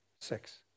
six